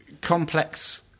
complex